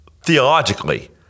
theologically